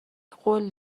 قول